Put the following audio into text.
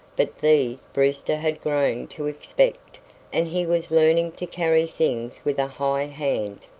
but these brewster had grown to expect and he was learning to carry things with a high hand.